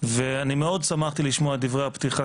ואני מאוד שמחתי לשמוע את דברי הפתיחה